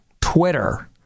Twitter